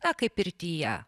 na kaip pirtyje